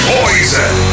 Poison